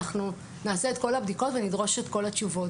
אנחנו נעשה את כל הבדיקות ונדרוש את כל התשובות.